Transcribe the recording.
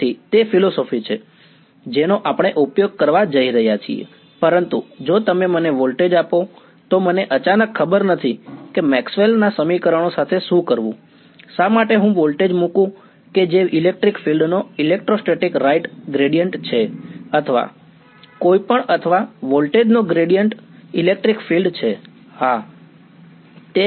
તેથી તે ફિલસૂફી છે જેનો આપણે ઉપયોગ કરવા જઈ રહ્યા છીએ પરંતુ જો તમે મને વોલ્ટેજ આપો તો મને અચાનક ખબર નથી કે મેક્સવેલ છે હા તે